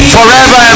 Forever